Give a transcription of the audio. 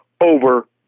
over